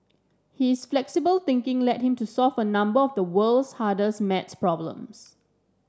his flexible thinking led him to solve a number of the world's hardest maths problems